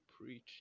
preach